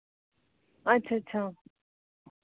अच्छा अच्छा